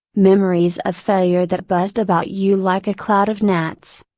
memories of failure that buzzed about you like a cloud of gnats.